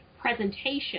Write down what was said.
presentation